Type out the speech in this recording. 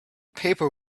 paper